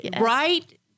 right